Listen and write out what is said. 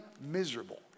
miserable